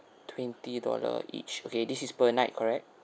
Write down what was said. twenty dollar each okay this is per night correct